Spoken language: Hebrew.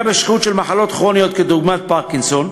בשכיחות של מחלות כרוניות דוגמת פרקינסון,